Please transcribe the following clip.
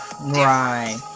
right